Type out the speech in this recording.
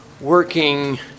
working